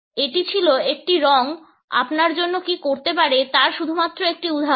এটি ছিল একটি রঙ আপনার জন্য কি করতে পারে তার শুধুমাত্র একটি উদাহরণ